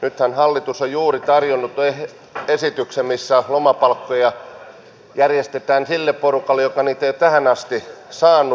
nythän hallitus on juuri tarjonnut esityksen missä lomapalkkoja järjestetään sille porukalle joka niitä ei ole tähän asti saanut